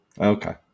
Okay